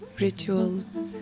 rituals